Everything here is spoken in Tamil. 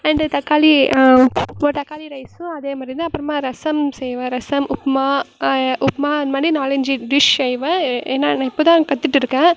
அண்டு தக்காளி இப்போது தக்காளி ரைஸும் அதேமாதிரி தான் அப்புறமா ரசம் செய்வேன் ரசம் உப்புமா உப்புமா அந்த மாரி நாலஞ்சு டிஷ் செய்வேன் ஏ ஏன்னால் நான் இப்போ தான் கத்துகிட்டுருக்கேன்